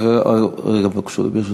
רגע, ברשותך.